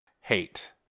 Hate